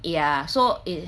ya so it